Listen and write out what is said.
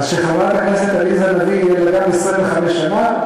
אז כשחברת הכנסת עליזה לביא יהיו לה גם כן 25 שנה,